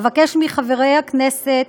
אבקש מחברי הכנסת